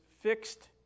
fixed